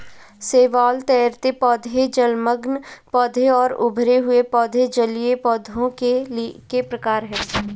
शैवाल, तैरते पौधे, जलमग्न पौधे और उभरे हुए पौधे जलीय पौधों के प्रकार है